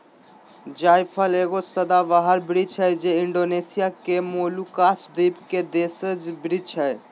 जायफल एगो सदाबहार वृक्ष हइ जे इण्डोनेशिया के मोलुकास द्वीप के देशज वृक्ष हइ